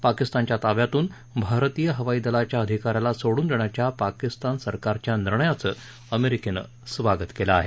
पाकिस्तानच्या ताब्यातून भारतीय हवाई दलाच्या अधिकाऱ्याला सोडून देण्याच्या पाकिस्तान सरकारच्या निर्णयाचं अमेरिकेनं स्वागत केलं आहे